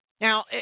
Now